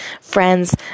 Friends